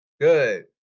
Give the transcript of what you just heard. good